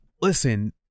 Listen